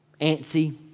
antsy